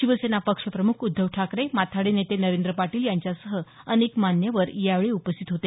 शिवसेना पक्ष प्रमुख उध्दव ठाकरे माथाडी नेते नरेंद्र पाटील यांच्यासह अनेक मान्यवर यावेळी उपस्थित होते